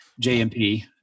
JMP